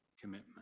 commitment